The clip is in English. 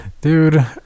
dude